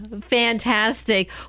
fantastic